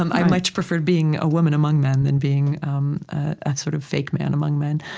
um i much preferred being a woman among men than being um a sort of fake man among men